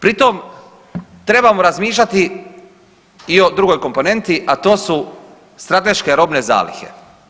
Pritom trebamo razmišljati i o drugoj komponenti, a to su strateške robne zalihe.